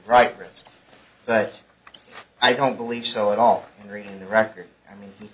wrist but i don't believe so at all in reading the record i mean